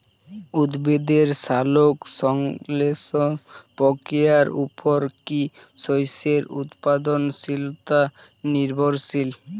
উদ্ভিদের সালোক সংশ্লেষ প্রক্রিয়ার উপর কী শস্যের উৎপাদনশীলতা নির্ভরশীল?